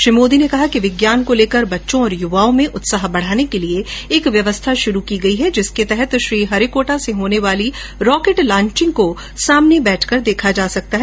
श्री मोदी ने कहा कि विज्ञान को लेकर बच्चों और यूवाओं में उत्साह बढ़ाने के लिए एक व्यवस्था शुरू की गई है जिसके तहत श्रीहरिकोटा से होने वाली रोकेंट लॉचिंग को सामने बैठकर देखा जा सकता है